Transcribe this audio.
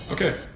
Okay